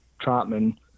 trotman